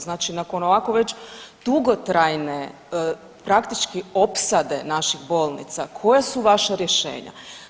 Znači nakon ovako već dugotrajne, praktički opsade naših bolnica, koja su vaša rješenja?